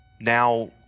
now